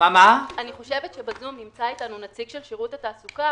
אני חושבת שבזום נמצא אתנו נציג של שירות התעסוקה,